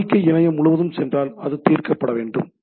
கோரிக்கை இணையம் முழுவதும் சென்றால் அது தீர்க்கப்பட வேண்டும்